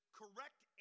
correct